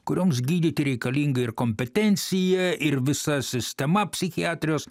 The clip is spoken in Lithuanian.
kurioms gydyti reikalinga ir kompetencija ir visa sistema psichiatrijos